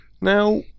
Now